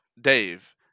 Dave